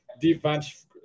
defense